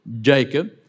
Jacob